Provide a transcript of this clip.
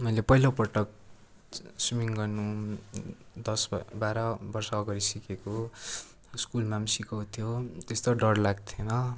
मैले पहिलो पटक स्विमिङ गर्नु दस ब बाह्र वर्ष अघाडि सिकेको स्कुलमा पनि सिकाउँथ्यो त्यस्तो डर लाग्थेन